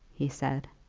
he said.